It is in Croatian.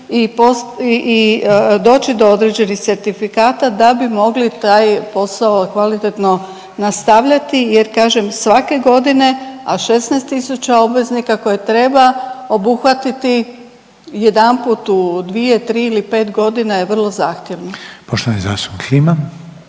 i doći do određenih certifikata da bi mogli taj posao kvalitetno nastavljati, jer kažem svake godine, a 16000 obveznika koje treba obuhvatiti jedanput u dvije, tri ili pet godina je vrlo zahtjevno. **Reiner,